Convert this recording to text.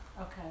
Okay